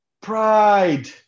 Pride